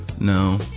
no